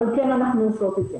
אבל כן אנחנו עושות את זה.